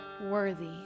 worthy